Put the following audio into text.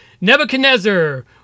Nebuchadnezzar